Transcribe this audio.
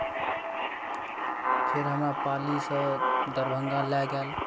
जब ओ चश्मा हमरा लग आयल तऽ हम देखलहुॅं खराप पैकेजके कारण